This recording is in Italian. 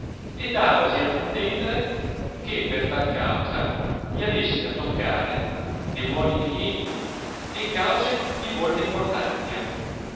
e davasi ad intendere che per tal causa gli avessino a toccare de buoni clientuli e cause di molta importanzia